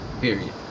Period